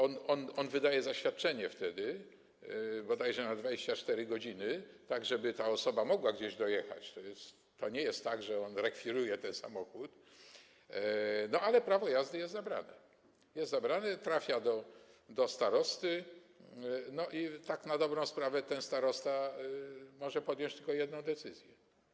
On wydaje wtedy zaświadczenie, bodajże na 24 godziny, tak żeby ta osoba mogła gdzieś dojechać, to nie jest tak, że on rekwiruje ten samochód, ale prawo jazdy jest zabrane - jest zabrane, trafia do starosty i tak na dobrą sprawę ten starosta może podjąć tylko jedną decyzję.